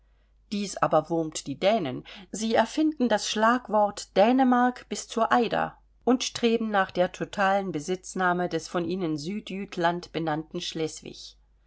dies aber wurmt die dänen sie erfinden das schlagwort dänemark bis zur eider und streben nach der totalen besitznahme des von ihnen südjütland benannten schleswig